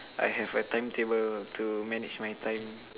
I have a timetable to manage my time